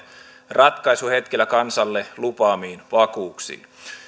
ratkaisuhetkillä kansalle lupaamiin vakuuksiin